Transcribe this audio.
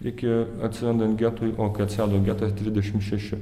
iki atsirandant getui o kai atsirado getas trisdešim šeši